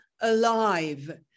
alive